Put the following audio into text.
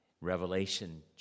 Revelation